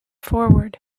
forward